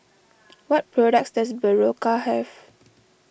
what products does Berocca have